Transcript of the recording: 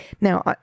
Now